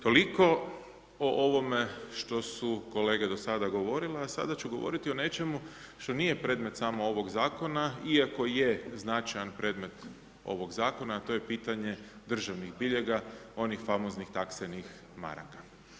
Toliko o ovome što su kolege do sada govorile, a sada ću govoriti o nečemu što nije predmet samo ovog zakona iako je značajan predmet ovog zakona, a to je pitanje državnih biljega, onih famoznih tekstilnih maraka.